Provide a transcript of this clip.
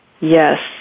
Yes